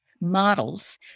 models